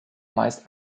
meist